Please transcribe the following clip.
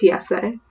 psa